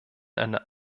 einer